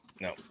No